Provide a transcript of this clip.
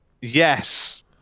Yes